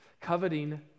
Coveting